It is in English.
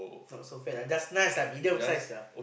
not so fat ah just nice lah medium size lah